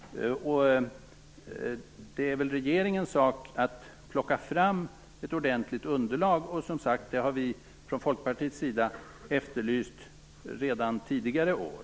Det är väl regeringens sak att plocka fram ett ordentligt underlag. Som sagt har vi från Folkpartiets sida efterlyst detta redan tidigare år.